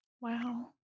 Wow